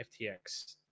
FTX